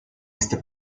este